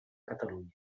catalunya